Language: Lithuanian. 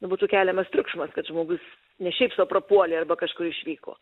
nu būtų keliamas triukšmas kad žmogus ne šiaip sau prapuolė arba kažkur išvyko